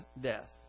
death